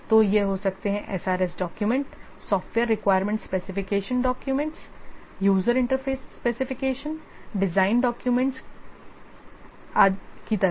तो यह हो सकते हैं SRS document software requirements specification documents user interface specification design documents की तरह